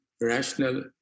rational